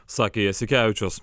sakė jasikevičius